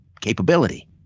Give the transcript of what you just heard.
capability